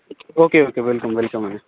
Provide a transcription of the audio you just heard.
okay okay welcome welcome Vinay